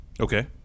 okay